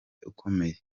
ukomeye